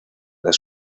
las